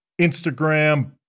Instagram